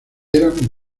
eran